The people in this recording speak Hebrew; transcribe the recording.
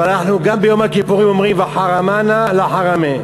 אבל גם ביום הכיפורים אנחנו אומרים "וחרמנא לא חרמי",